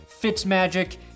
Fitzmagic